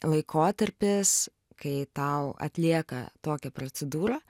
laikotarpis kai tau atlieka tokią procedūrą